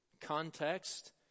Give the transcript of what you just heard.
context